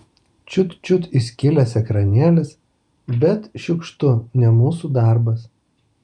čiut čiut įskilęs ekranėlis bet šiukštu ne mūsų darbas